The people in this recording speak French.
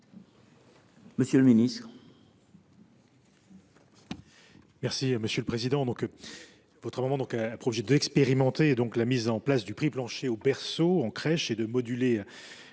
Monsieur le ministre,